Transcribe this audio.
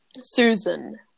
Susan